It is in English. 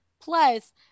Plus